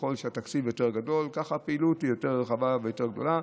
ככל שהתקציב יותר גדול כך הפעילות יותר רחבה ויותר גדולה.